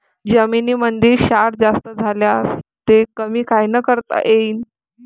जमीनीमंदी क्षार जास्त झाल्यास ते कमी कायनं करता येईन?